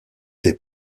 des